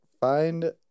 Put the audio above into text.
find